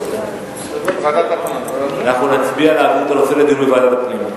אנחנו נצביע, להעביר את הנושא לדיון בוועדת הפנים.